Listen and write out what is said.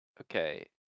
Okay